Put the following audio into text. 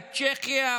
צ'כיה,